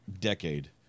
decade